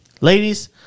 Ladies